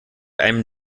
einem